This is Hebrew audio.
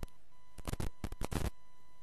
לדיון מוקדם: